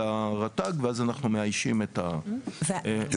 הרת"ג ואז אנחנו מאיישים את התקנים.